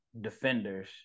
defenders